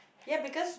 ya because